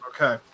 Okay